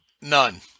none